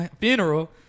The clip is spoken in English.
funeral